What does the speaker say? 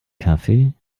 kaffee